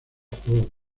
juegos